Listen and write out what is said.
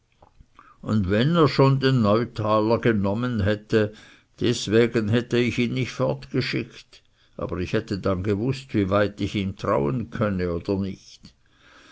und wenn er schon den neutaler genommen hatte deswegen hätte ich ihn nicht fortgeschickt aber ich hätte dann gewußt wie weit ich ihm trauen könne oder nicht